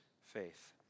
faith